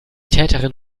täterin